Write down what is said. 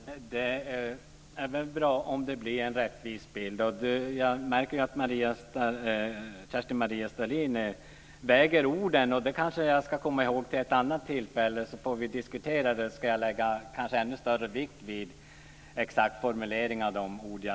Fru talman! Det är väl bra om det blir en rättvis bild. Jag märker ju att Kerstin-Maria Stalin väger orden, och det ska jag komma ihåg till ett annat tillfälle när vi ska diskutera. Då får jag kanske lägga ännu större vikt vid de exakta formuleringarna.